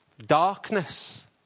Darkness